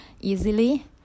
easily